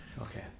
okay